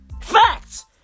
Facts